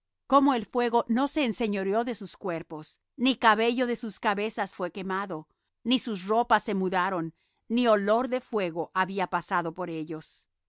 como el fuego no se enseñoreó de sus cuerpos ni cabello de sus cabezas fué quemado ni sus ropas se mudaron ni olor de fuego había pasado por ellos